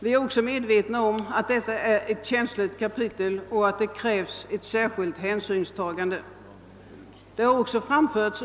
Vi är medvetna om att detta är ett känsligt kapitel och att det krävs ett särskilt hänsynstagande.